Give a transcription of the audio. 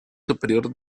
superior